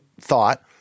thought